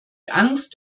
angst